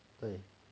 对